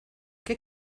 qué